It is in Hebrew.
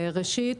ראשית,